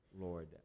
Lord